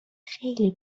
خیلی